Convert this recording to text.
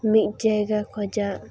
ᱢᱤᱫ ᱡᱟᱭᱜᱟ ᱠᱷᱚᱱᱟᱜ